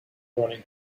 running